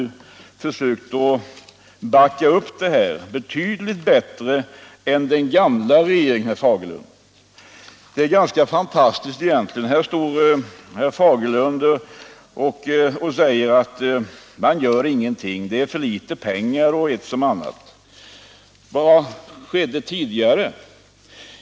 Regeringen visar oss en betydligt större uppmärksamhet än den gamla, herr Fagerlund. Det är egentligen ganska fantastiskt att höra herr Fagerlund stå och säga att regeringen gör ingenting. det handlar om alltför litet pengar osv. Vad skedde tidigare?